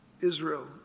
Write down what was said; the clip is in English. Israel